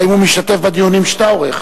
האם הוא משתתף בדיונים שאתה עורך?